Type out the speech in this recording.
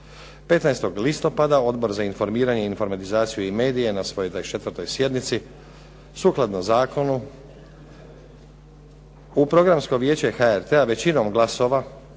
15. listopada Odbor za informiranje, informatizaciju i medije na svojoj 24. sjednici sukladno zakonu u Programsko vijeće HRT-a većinom glasova